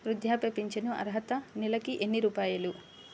వృద్ధాప్య ఫింఛను అర్హత నెలకి ఎన్ని రూపాయలు?